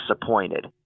disappointed